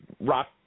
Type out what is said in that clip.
rock